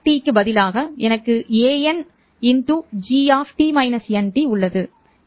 SQ க்கு பதிலாக எனக்கு anIg உள்ளது